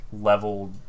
level